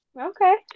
Okay